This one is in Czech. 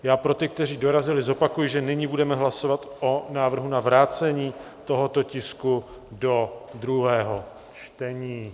Já pro ty, kteří dorazili, zopakuji, že nyní budeme hlasovat o návrhu na vrácení tohoto tisku do druhého čtení.